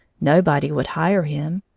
nobody would hire him.